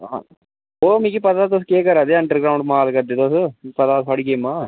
हां ओह् मिकी पता तुस केह् करै दे अंडरग्राउंड माल करदे तुस पता थुआढ़ी गेम्मां